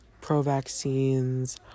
pro-vaccines